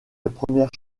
premières